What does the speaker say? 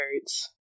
words